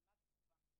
כמעט גופה.